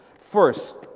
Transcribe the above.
First